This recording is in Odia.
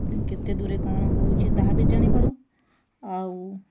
କେତେ ଦୂରେ କ'ଣ ହଉଛି ତାହା ବି ଜାନି ପାରୁ ଆଉ